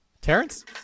Terrence